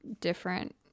different